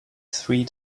three